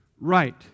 right